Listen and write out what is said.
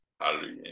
Hallelujah